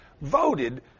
voted